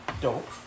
Dope